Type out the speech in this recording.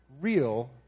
real